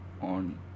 on